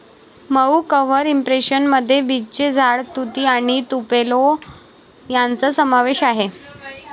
मऊ cover impression मध्ये बीचचे झाड, तुती आणि तुपेलो यांचा समावेश आहे